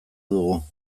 dugu